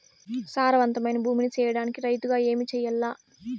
సారవంతమైన భూమి నీ సేయడానికి రైతుగా ఏమి చెయల్ల?